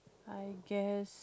I guess